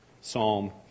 Psalm